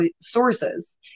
sources